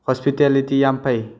hospitality ꯌꯥꯝꯅ ꯐꯩ